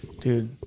Dude